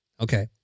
Okay